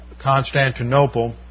Constantinople